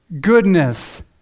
goodness